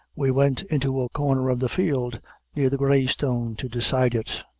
we went into a corner of the field near the grey stone to decide it.